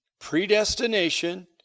predestination